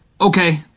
okay